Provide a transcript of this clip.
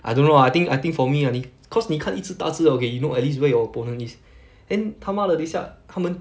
I don't know lah I think I think for me only cause 你看一只大只的 okay you know at least where your opponent is then 他妈的等下它们